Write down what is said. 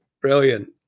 Brilliant